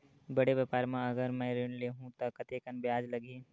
बड़े व्यापार बर अगर मैं ऋण ले हू त कतेकन ब्याज लगही?